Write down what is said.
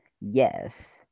Yes